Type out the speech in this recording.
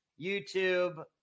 YouTube